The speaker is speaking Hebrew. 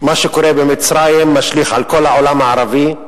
מה שקורה במצרים משליך על כל העולם הערבי.